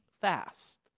fast